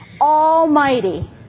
Almighty